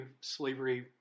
slavery